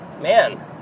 man